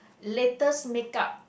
latest make-up